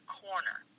corner